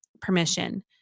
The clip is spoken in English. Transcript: permission